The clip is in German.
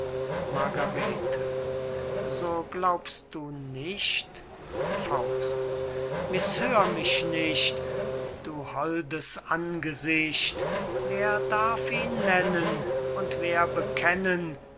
margarete so glaubst du nicht mißhör mich nicht du holdes angesicht wer darf ihn nennen und wer bekennen